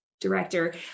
director